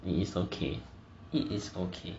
it is okay it is okay